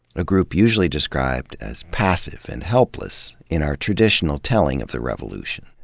a group usually described as passive and helpless in our traditional telling of the revolution.